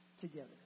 together